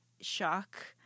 shock